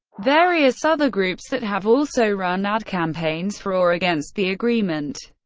various other groups that have also run ad campaigns for or against the agreement.